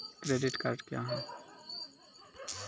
Credit card क्या हैं?